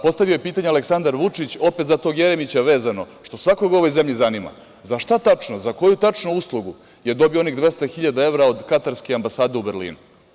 Postavio je pitanje Aleksandar Vučić, opet za tog Jeremića vezano, što svakog u ovoj zemlji zanima, za šta tačno, za koju tačno uslugu je dobio onih 200.000 evra od Katarske ambasade u Berlinu?